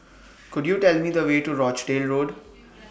Could YOU Tell Me The Way to Rochdale Road